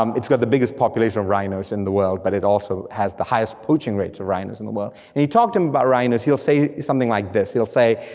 um it's got the biggest population of rhinos in the world, but it also has the highest poaching rates of rhinos in the world. and you talk to him about rhinos, he'll say something like this, he'll say,